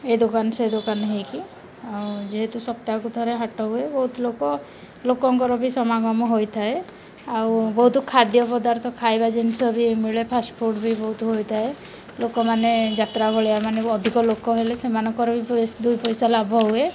ଏ ଦୋକାନ ସେ ଦୋକାନ ହୋଇକି ଆଉ ଯେହେତୁ ସପ୍ତାହକୁ ଥରେ ହାଟ ହୁଏ ବହୁତ ଲୋକ ଲୋକଙ୍କର ବି ସମାଗମ ହୋଇଥାଏ ଆଉ ବହୁତ ଖାଦ୍ୟ ପଦାର୍ଥ ଖାଇବା ଜିନିଷ ବି ମିଳେ ଫାଷ୍ଟ୍ଫୁଡ଼୍ ବି ବହୁତ ହୋଇଥାଏ ଲୋକମାନେ ଯାତ୍ରା ଭଳିଆ ମାନେ ଅଧିକ ଲୋକ ହେଲେ ସେମାନଙ୍କର ବି ଦୁଇ ପଇସା ଲାଭ ହୁଏ